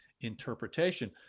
interpretation